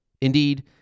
Indeed